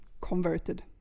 converted